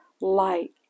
light